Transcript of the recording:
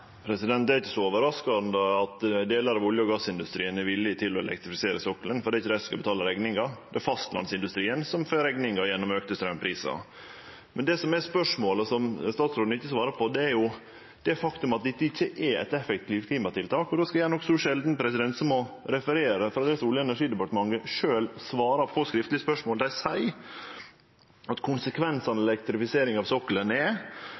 Det er ikkje så overraskande at delar av olje- og gassindustrien er villig til å elektrifisere sokkelen, for det er ikkje dei som skal betale rekninga. Det er fastlandsindustrien som får rekninga gjennom auka straumprisar. Men det som er spørsmålet, som statsråden ikkje svara på, er det faktum at dette ikkje er eit effektivt klimatiltak. Då skal eg gjere noko så sjeldan som å referere frå det Olje- og energidepartementet sjølv svarar på skriftleg spørsmål. Dei seier at konsekvensane av elektrifisering av sokkelen er: